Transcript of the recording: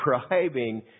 describing